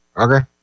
Okay